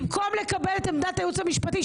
במקום לקבל את עמדת הייעוץ המשפטי,